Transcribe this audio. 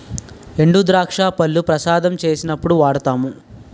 ఎండుద్రాక్ష పళ్లు ప్రసాదం చేసినప్పుడు వాడుతాము